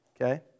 okay